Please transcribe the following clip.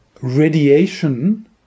radiation